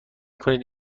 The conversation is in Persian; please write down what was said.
کنید